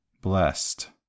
blessed